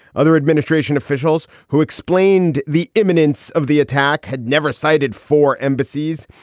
other administration officials who explained the imminence of the attack had never cited four embassies.